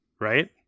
right